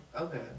Okay